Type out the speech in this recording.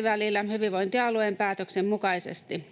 22:n välillä hyvinvointialueen päätöksen mukaisesti.